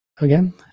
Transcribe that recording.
again